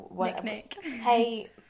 hey